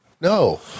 No